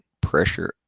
pressure